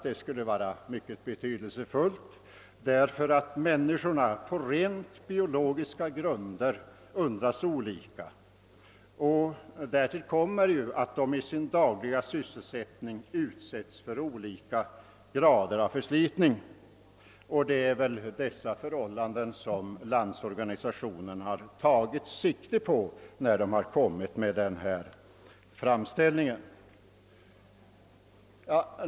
Människorna åldras ju olika, på rent biologiska grunder. Därtill kommer att de i sin dagliga gärning utsätts för olika grader av förslitning, och det är väl dessa förhållanden som Landsorganisationen har tagit sikte på, när den kommit med sin framställning.